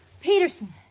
Peterson